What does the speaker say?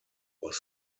was